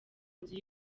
nzu